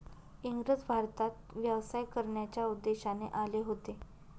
इंग्रज भारतात व्यवसाय करण्याच्या उद्देशाने आले होते